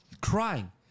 crying